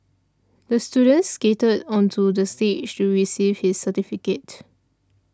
the student skated onto the stage to receive his certificate